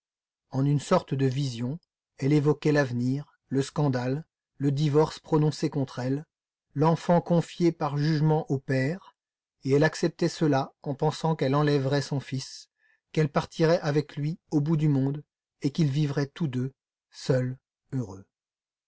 en une sorte de vision elle évoquait l'avenir le scandale le divorce prononcé contre elle l'enfant confié par jugement au père et elle acceptait cela en pensant qu'elle enlèverait son fils qu'elle partirait avec lui au bout du monde et qu'ils vivraient tous deux seuls heureux